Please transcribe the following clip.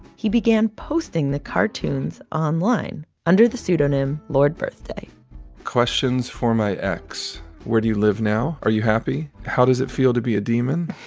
he began posting the cartoons online under the pseudonym lord birthday questions for my ex where do you live now? are you happy? how does it feel to be a demon?